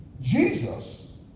Jesus